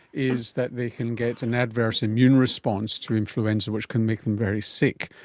is that they can get an adverse immune response to influenza which can make them very sick.